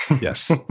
Yes